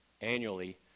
annually